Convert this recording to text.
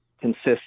consists